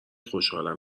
خوشحالم